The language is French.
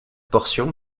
portion